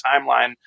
timeline